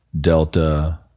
delta